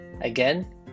Again